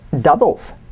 doubles